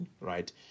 right